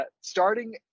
starting